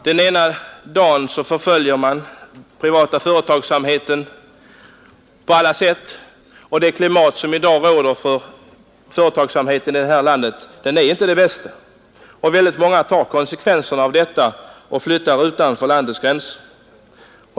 Den ena dagen förföljer partiet den privata företagsamheten på alla sätt, och det klimat som i dag råder för företagsamheten i detta land är inte det bästa. Många tar också konsekvenserna härav och flyttar sina företag utanför landets gränser.